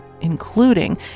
including